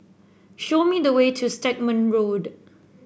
show me the way to Stagmont Road